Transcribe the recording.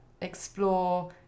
explore